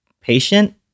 patient